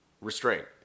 restraint